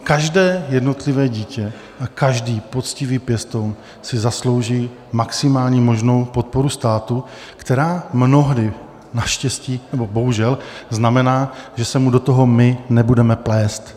Každé jednotlivé dítě a každý poctivý pěstoun si zaslouží maximální možnou podporu státu, která mnohdy naštěstí, nebo bohužel, znamená, že se mu do toho my nebudeme plést.